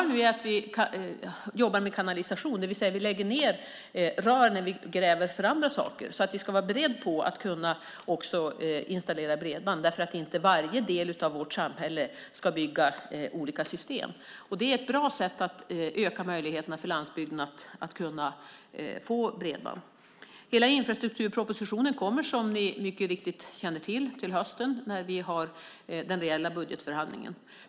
Nu jobbar vi med kanalisation, det vill säga att vi lägger ned rör när vi gräver för andra saker. På så sätt är vi beredda att också kunna installera bredband. Varje del av vårt samhälle ska ju inte bygga olika system. Det är ett bra sätt att öka möjligheterna för landsbygden att få bredband. Hela infrastrukturpropositionen kommer, som ni känner till, till hösten då vi har den reella budgetförhandlingen.